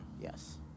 Yes